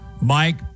Mike